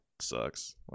sucks